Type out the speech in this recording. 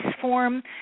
form